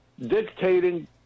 dictating